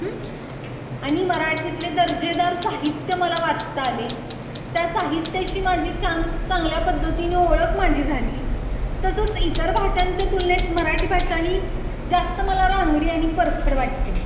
आणि मराठीतले दर्जेदार साहित्य मला वाचता आले त्या साहित्याशी माझी छान चांगल्या पद्धतीने ओळख माझी झाली तसंच इतर भाषांच्या तुलनेत मराठी भाषा ही जास्त मला रांगडी आणि परखड वाटते